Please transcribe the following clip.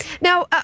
now